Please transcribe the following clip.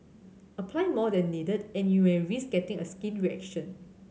apply more than needed and you may risk getting a skin reaction